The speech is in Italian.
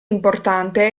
importante